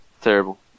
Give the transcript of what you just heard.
Terrible